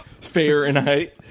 Fahrenheit